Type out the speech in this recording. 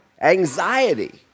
Anxiety